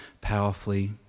powerfully